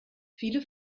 viele